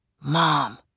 Mom